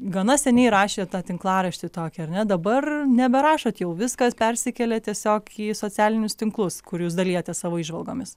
gana seniai rašėt tą tinklaraštį tokį ar ne dabar neberašot jau viskas persikėlė tiesiog į socialinius tinklus kur jūs dalijatės savo įžvalgomis